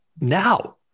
Now